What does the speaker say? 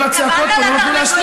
וכל הצעקות פה לא נתנו לי להשלים.